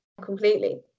Completely